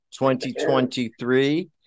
2023